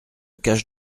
cache